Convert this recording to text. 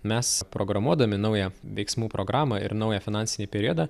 mes programuodami naują veiksmų programą ir naują finansinį periodą